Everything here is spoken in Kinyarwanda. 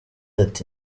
ati